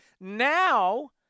Now